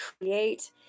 create